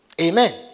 Amen